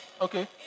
Okay